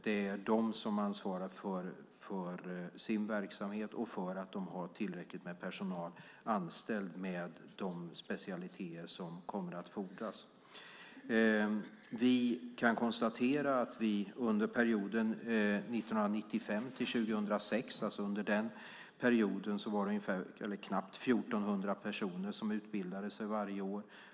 Det är de som ansvarar för sin verksamhet och för att de har tillräckligt med personal anställd med de specialiteter som kommer att fordras. Vi kan konstatera att det under perioden 1995-2006 var knappt 1 400 personer som utbildade sig varje år.